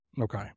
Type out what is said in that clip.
Okay